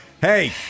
Hey